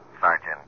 Sergeant